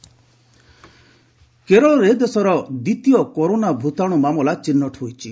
କେରଳ କେରଳରେ ଦେଶର ଦ୍ୱିତୀୟ କରୋନା ଭତାଣୁ ମାମଲା ଚିହ୍ରଟ ହୋଇଛି